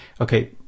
Okay